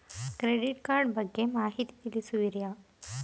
Credit card ಬಗ್ಗೆ ಮಾಹಿತಿ ತಿಳಿಸುವಿರಾ?